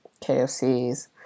KFCs